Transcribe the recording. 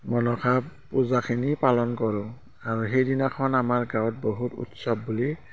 মনসা পূজাখিনি পালন কৰোঁ আৰু সেইদিনাখন আমাৰ গাঁৱত বহুত উৎসৱ বুলি